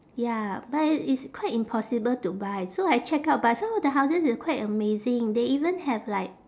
ya but i~ it's quite impossible to buy so I check out but some of the houses is quite amazing they even have like